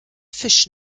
fisch